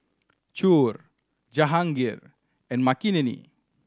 Choor Jahangir and Makineni